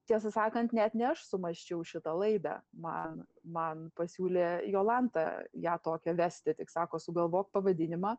tiesą sakant net ne aš sumąsčiau šitą laidą man man pasiūlė jolanta ją tokią vesti tik sako sugalvok pavadinimą